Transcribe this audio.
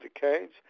decades